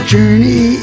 Journey